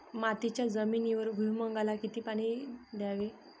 मातीच्या जमिनीवर भुईमूगाला किती पाणी द्यावे?